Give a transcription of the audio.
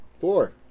Four